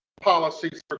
policies